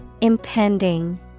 Impending